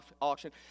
auction